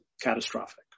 catastrophic